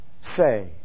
say